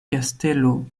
kastelo